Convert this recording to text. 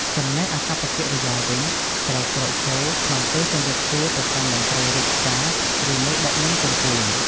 ចំណែកអាកប្បកិរិយាវិញ ត្រូវក្រោកឈរ ក្នុងពេលជម្រាបសួរទៅកាន់មន្រ្តីរាជការ ឫមេដឹកនាំកំពូល។